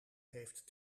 heeft